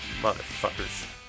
Motherfuckers